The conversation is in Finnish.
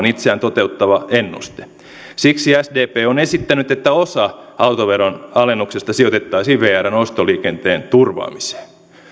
itseään toteuttava ennuste siksi sdp on esittänyt että osa autoveron alennuksesta sijoitettaisiin vrn ostoliikenteen turvaamiseen